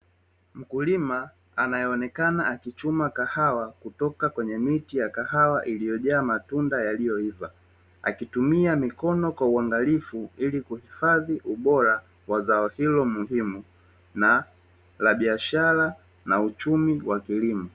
Mkulima anayeonekana akichuma kahawa kutoka kwenye miti ya kahawa iliyojaa matunda yaliyoiva, akitumia mikono kwa uangalifu ili kuhifadhi ubora wa zao hilo muhimu na la biashara na uchumi wa kilimo.